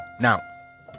now